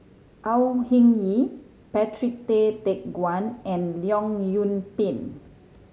Au Hing Yee Patrick Tay Teck Guan and Leong Yoon Pin